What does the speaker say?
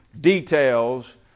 details